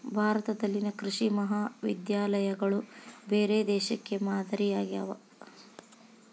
ಭಾರತದಲ್ಲಿನ ಕೃಷಿ ಮಹಾವಿದ್ಯಾಲಯಗಳು ಬೇರೆ ದೇಶಕ್ಕೆ ಮಾದರಿ ಆಗ್ಯಾವ